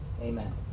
Amen